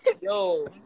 yo